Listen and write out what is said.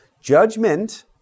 Judgment